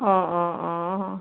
অঁ অঁ অঁ অঁ